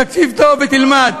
תקשיב טוב ותלמד.